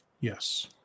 Yes